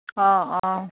অঁ অঁ